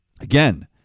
Again